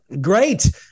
great